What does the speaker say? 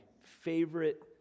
favorite